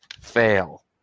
Fail